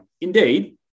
Indeed